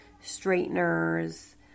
straighteners